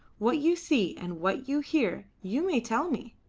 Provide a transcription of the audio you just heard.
what you see and what you hear you may tell me.